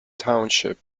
township